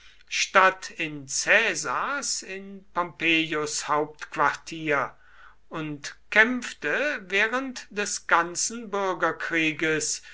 statt in caesars in pompeius hauptquartier und kämpfte während des ganzen bürgerkrieges